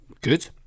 Good